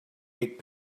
eight